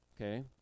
Okay